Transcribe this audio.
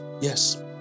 yes